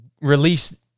release